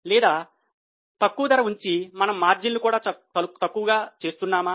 లేదా తక్కువ ధర ఉంచి మన మార్జిన్లు చాలా తక్కువగా చేస్తున్నామా